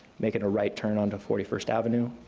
making a right turn onto forty first avenue.